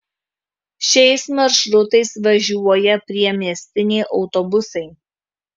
šiais maršrutais važiuoja priemiestiniai autobusai